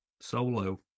solo